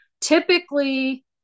Typically